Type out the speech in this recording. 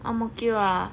ang mo kio ah